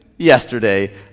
Yesterday